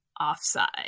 offside